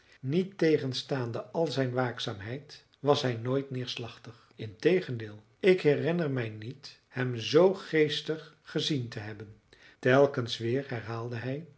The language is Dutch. niettegenstaande al zijn waakzaamheid was hij nooit neerslachtig integendeel ik herinner mij niet hem ooit zoo geestig gezien te hebben telkens weer herhaalde hij